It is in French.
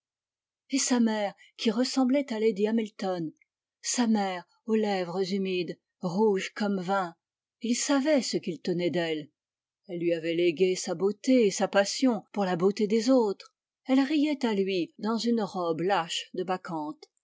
et sa mère qui ressemblait à lady hamilton sa mère aux lèvres humides rouges comme vin il savait ce qu'il tenait d'elle elle lui avait légué sa beauté et sa passion pour la beauté des autres elle riait à lui dans une robe lâche de